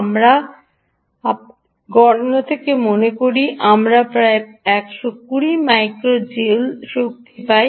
আমরা আমাদের গণনা থেকে মনে করি আমরা প্রায় 120 মাইক্রো জুল শক্তি পাই